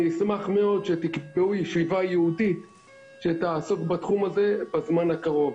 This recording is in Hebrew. אני אשמח מאוד שתקבעו ישיבה ייעודית שתעסוק בתחום הזה בזמן הקרוב.